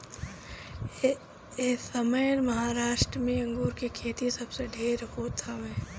एसमय महाराष्ट्र में अंगूर के खेती सबसे ढेर होत हवे